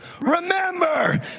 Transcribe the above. remember